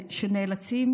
שנאלצים,